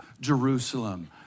Jerusalem